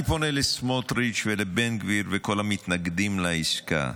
אני פונה לסמוטריץ' ולבן גביר ולכל המתנגדים לעסקה,